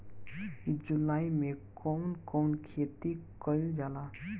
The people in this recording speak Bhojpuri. जुलाई मे कउन कउन खेती कईल जाला?